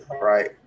right